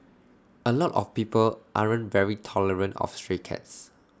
A lot of people aren't very tolerant of stray cats